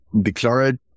declared